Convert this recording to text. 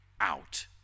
out